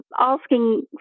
asking